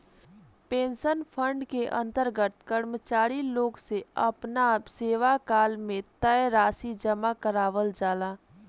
pension fund के अंतर्गत कर्मचारी लोग से आपना सेवाकाल में तय राशि जामा करावल जाला